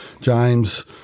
James